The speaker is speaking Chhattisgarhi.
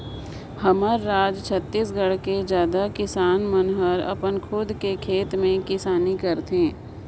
हमर राज छत्तीसगढ़ के जादा किसान मन हर अपन खुद के खेत में किसानी करथे